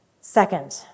Second